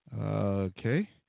Okay